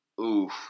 Oof